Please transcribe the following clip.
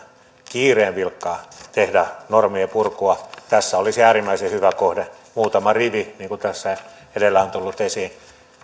kiireen vilkkaa tehdä normien purkua tässä olisi äärimmäisen hyvä kohde muutama rivi niin kuin tässä edellä on tullut esiin